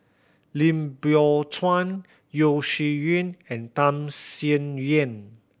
Lim Biow Chuan Yeo Shih Yun and Tham Sien Yen